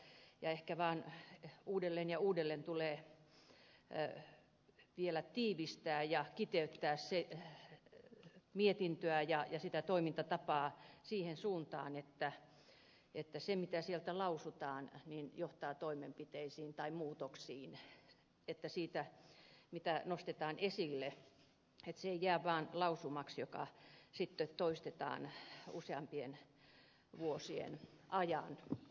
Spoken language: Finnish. ehkä vaan uudelleen ja uudelleen tulee vielä tiivistää ja kiteyttää mietintöä ja toimintatapaa siihen suuntaan että se mitä sieltä lausutaan johtaa toimenpiteisiin tai muutoksiin että se mitä nostetaan esille ei jää vain lausumaksi joka sitten toistetaan useampien vuosien ajan